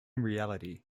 reality